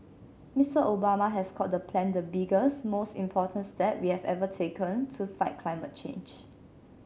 Mister Obama has called the plan the biggest most important step we've ever taken to fight climate change